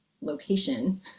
location